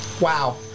Wow